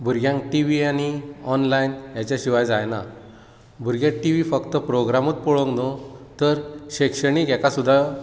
भुरग्यांक टीव्ही आनी ऑनलायन हेच्या शिवाय जायना भुरगे टीव्ही फक्त प्रोग्रामूच पळोवंक न्हू तर शिक्षणीक हेका सुद्दां